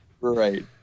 Right